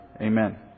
Amen